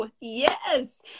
Yes